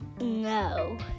No